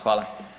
Hvala.